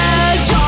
edge